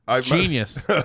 Genius